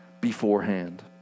beforehand